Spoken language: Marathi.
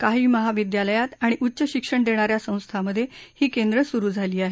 काही महाविद्यालयात आणि उच्च शिक्षण देणा या संस्थांमधे ही केंद्र सुरु झाली आहेत